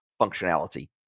functionality